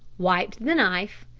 wiped the knife,